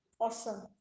Awesome